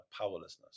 powerlessness